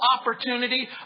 opportunity